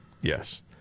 Yes